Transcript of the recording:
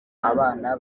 abana